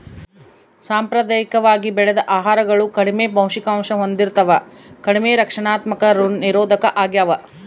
ಸಾಂಪ್ರದಾಯಿಕವಾಗಿ ಬೆಳೆದ ಆಹಾರಗಳು ಕಡಿಮೆ ಪೌಷ್ಟಿಕಾಂಶ ಹೊಂದಿರ್ತವ ಕಡಿಮೆ ರಕ್ಷಣಾತ್ಮಕ ನಿರೋಧಕ ಆಗ್ಯವ